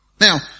Now